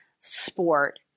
sport